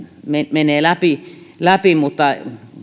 menee läpi läpi mutta